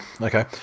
Okay